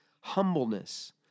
humbleness